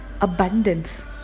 abundance